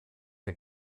der